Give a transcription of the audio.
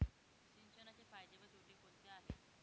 सिंचनाचे फायदे व तोटे कोणते आहेत?